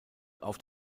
auf